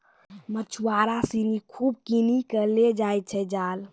मछुआरा सिनि खूब किनी कॅ लै जाय छै जाल